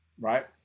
Right